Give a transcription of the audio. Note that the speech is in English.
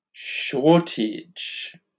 Shortage